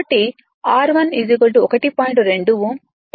R 2 0